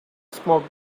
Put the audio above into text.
smoke